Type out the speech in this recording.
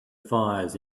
fires